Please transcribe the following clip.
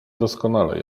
doskonale